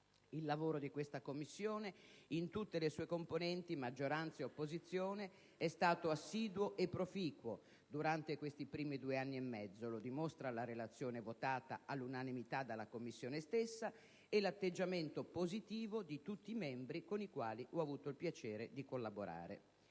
Il lavoro di questa Commissione, in tutte le sue componenti, maggioranza e opposizione, è stato assiduo e proficuo durante questi primi due anni e mezzo. Lo dimostrano la relazione, votata all'unanimità dalla Commissione stessa, e l'atteggiamento positivo di tutti i membri con i quali ho avuto il piacere di collaborare.